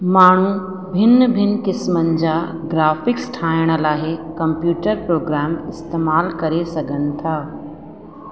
माण्हू भिन भिन क़िस्मनि जा ग्राफिक्स ठाहिण लाइ कंप्यूटर प्रोग्राम इस्तेमालु करे सघनि था